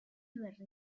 berritan